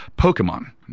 Pokemon